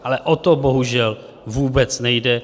Ale o to bohužel vůbec nejde.